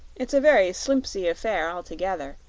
it's a very slimpsy affair altogether,